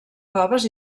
coves